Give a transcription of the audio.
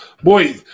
Boy